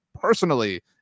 personally